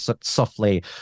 softly